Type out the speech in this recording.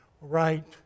right